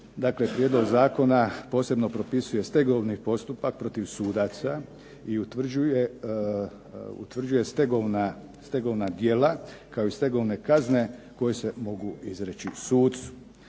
prijedlog zakona posebno propisuje stegovni postupak protiv sudaca, i utvrđuje stegovna djela kao i stegovne kazne koje se mogu izreći sucu.